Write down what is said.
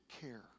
care